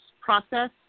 process